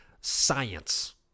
science